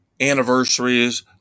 anniversaries